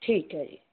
ਠੀਕ ਹੈ ਜੀ